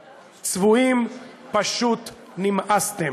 צבועים, פשוט נמאסתם.